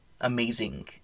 amazing